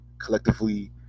Collectively